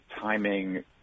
timing